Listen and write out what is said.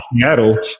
Seattle